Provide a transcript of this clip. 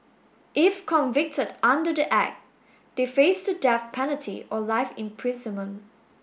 if convicted under the Act they face the death penalty or life imprisonment